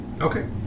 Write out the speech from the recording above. Okay